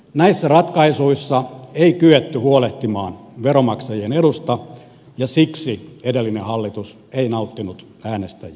näissä ratkaisuissa ei kyetty huolehtimaan veronmaksajien edusta ja siksi edellinen hallitus ei nauttinut äänestäjien suosiota